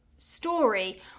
Story